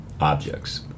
objects